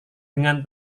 dengan